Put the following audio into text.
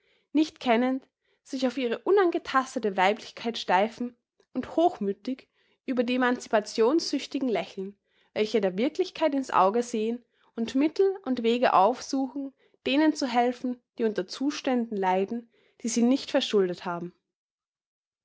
nicht kennend sich auf ihre unangetastete weiblichkeit steifen und hochmüthig über die emancipationssüchtigen lächeln welche der wirklichkeit in's auge sehen und mittel und wege aufsuchen denen zu helfen die unter zuständen leiden die sie nicht verschuldet haben